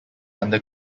under